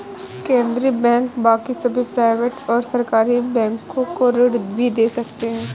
केन्द्रीय बैंक बाकी सभी प्राइवेट और सरकारी बैंक को ऋण भी दे सकते हैं